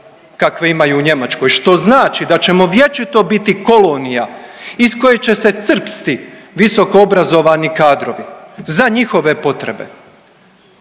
kakve imaju u Njemačkoj što znači da ćemo vječito biti kolonija iz koje će se crpsti visokoobrazovani kadrovi za njihove potrebe.